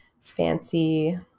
fancy